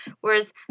Whereas